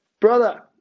Brother